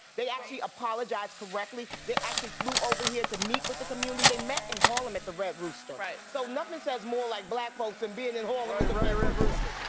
they actually apologized correctly. they actually flew over here to meet with the community, they met in harlem at the red rooster. so nothing says more like black folks than being in harlem at the red rooster.